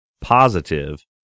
positive